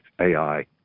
AI